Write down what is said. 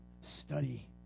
study